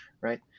right